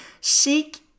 seek